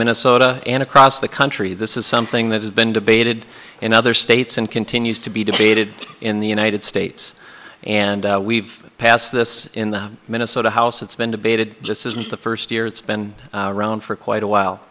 minnesota and across the country this is something that has been debated in other states and continues to be debated in the united states and we've passed this in the minnesota house it's been debated just isn't the first year it's been around for quite